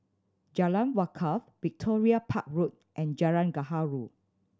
Jalan Wakaff Victoria Park Road and Jalan Gaharu